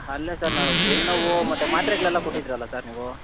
ಅಲ್ಲ ಸರ್ ನಾನು ಬೆನ್ನುನೋವು ಮತ್ತು ಮಾತ್ರೆಗಳೆಲ್ಲ ಕೊಟ್ಟಿದ್ದಿರಲ್ಲ ಸರ್ ನೀವು